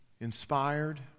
inspired